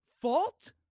fault